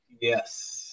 yes